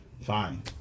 fine